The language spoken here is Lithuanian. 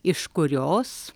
iš kurios